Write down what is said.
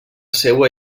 seua